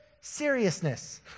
Seriousness